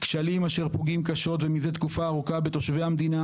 כשלים אשר פוגעים קשות ומזה תקופה ארוכה בתושבי המדינה